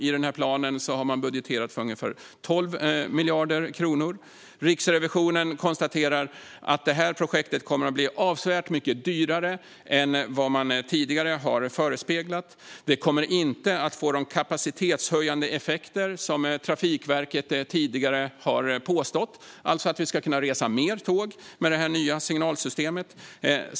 I planen har man budgeterat för ungefär 12 miljarder kronor. Riksrevisionen konstaterar att projektet kommer att bli avsevärt dyrare än vad man tidigare har förespeglat. Det kommer inte att få de kapacitetshöjande effekter som Trafikverket tidigare har påstått, alltså att vi ska kunna resa mer med tåg med det nya signalsystemet.